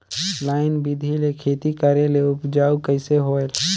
Line बिधी ले खेती करेले उपजाऊ कइसे होयल?